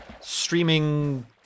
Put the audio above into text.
streaming